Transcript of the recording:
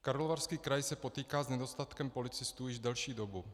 Karlovarský kraj se potýká s nedostatkem policistů již delší dobu.